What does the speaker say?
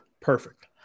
Perfect